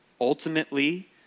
ultimately